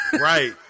Right